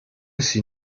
sie